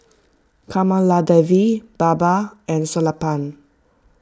Kamaladevi Baba and Sellapan